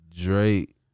Drake